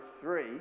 three